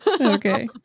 Okay